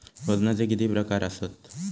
वजनाचे किती प्रकार आसत?